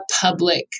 public